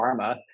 pharma